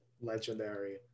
Legendary